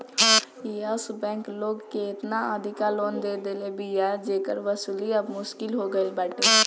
एश bank लोग के एतना अधिका लोन दे देले बिया जेकर वसूली अब मुश्किल हो गईल बाटे